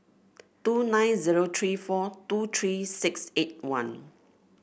two nine zero three four two three six eight one